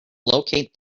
locate